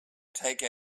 take